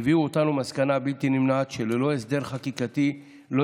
הביאו אותנו למסקנה הבלתי-נמנעת שללא הסדר חקיקתי לא